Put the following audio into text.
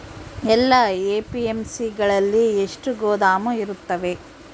ಎಲ್ಲಾ ಎ.ಪಿ.ಎಮ್.ಸಿ ಗಳಲ್ಲಿ ಎಷ್ಟು ಗೋದಾಮು ಇರುತ್ತವೆ?